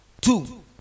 Two